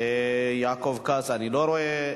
יעקב כץ, אני לא רואה.